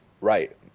Right